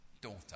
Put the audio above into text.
daughter